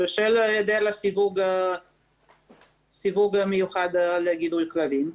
בשל היעדר הסיווג המיוחד לגידול כלבים,